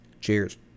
Cheers